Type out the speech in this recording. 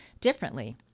differently